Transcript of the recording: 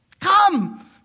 come